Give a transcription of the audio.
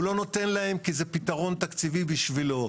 הוא לא נותן כי זה פתרון תקציבי בשבילו,